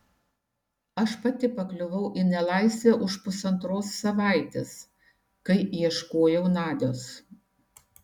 aš pati pakliuvau į nelaisvę už pusantros savaitės kai ieškojau nadios